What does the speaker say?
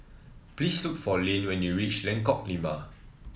please look for Lynne when you reach Lengkok Lima